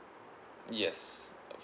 yes